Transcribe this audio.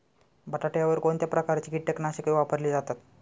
बटाट्यावर कोणत्या प्रकारची कीटकनाशके वापरली जातात?